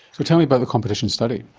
so tell me about the competition study.